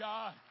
God